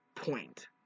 Point